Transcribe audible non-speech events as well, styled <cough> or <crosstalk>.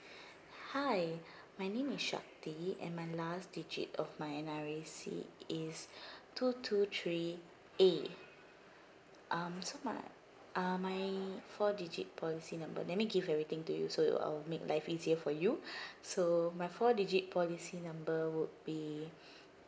<breath> hi my name is shakti and my last digit of my N_R_I_C is <breath> two two three A um so my ah my four digit policy number let me give everything to you so you uh make life easier for you <breath> so my four digit policy number would be <breath>